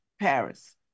paris